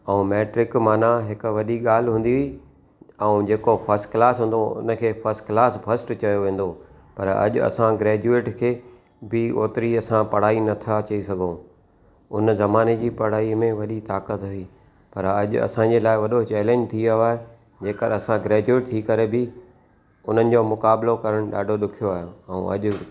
ऐं मेट्रिक माना हिकु वॾी ॻाल्हि हूंदी हुई ऐं जेको फर्स्ट क्लास हूंदो हो हुनखे फर्स्ट क्लास फर्स्ट चयो वेंदो पर अॼु असां ग्रेजुएट खे बि ओतिरी असां पढ़ाई नथां चई सघूं हुन ज़माने जी पढ़ाई में वॾी ताकत हुई पर अॼु असांजे लाइ वॾो चैलेंज थी वियो आहे जेकर असां ग्रेजुएट थी करे बि हुननि जो मुक़ाबिलो करणु ॾाढो ॾुखियो आहे ऐं अॼु